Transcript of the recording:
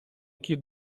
кіт